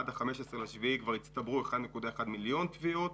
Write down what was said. עד ל-15 ליולי כבר הצטברו 1.1 מיליון תביעות.